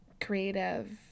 creative